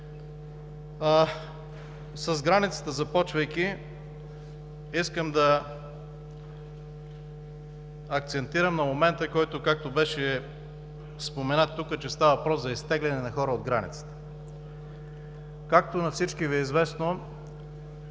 с границата, искам да акцентирам на момента, който беше споменат тук, че става въпрос за изтегляне на хора от там. Както на всички Ви е известно,